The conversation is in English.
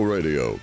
Radio